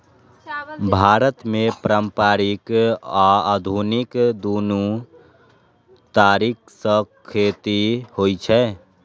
भारत मे पारंपरिक आ आधुनिक, दुनू तरीका सं खेती होइ छै